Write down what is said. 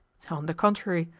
on the contrary,